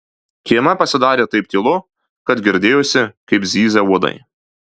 kieme pasidarė taip tylu kad girdėjosi kaip zyzia uodai